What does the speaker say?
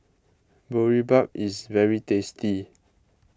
Boribap is very tasty